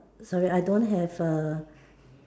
sorry I don't have a